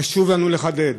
חשוב לנו לחדד,